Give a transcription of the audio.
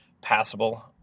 passable